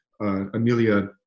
Amelia